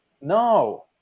No